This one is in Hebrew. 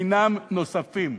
אינם נוספים,